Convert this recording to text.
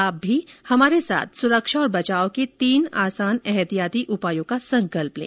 आप भी हमारे साथ सुरक्षा और बचाव के तीन आसान एहतियाती उपायों का संकल्प लें